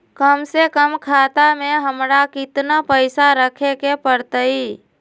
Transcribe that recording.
कम से कम खाता में हमरा कितना पैसा रखे के परतई?